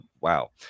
Wow